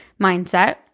mindset